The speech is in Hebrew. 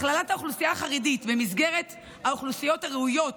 הכללת האוכלוסייה החרדית במסגרת האוכלוסיות הראויות